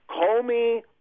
Comey